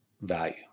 value